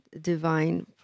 divine